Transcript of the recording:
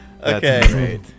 Okay